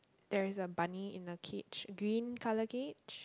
there is a bunny in a cage green colour cage